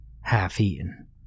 half-eaten